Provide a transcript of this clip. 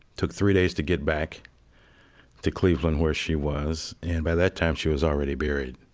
took three days to get back to cleveland where she was, and by that time, she was already buried.